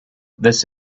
this